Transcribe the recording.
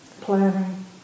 planning